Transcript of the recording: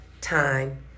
time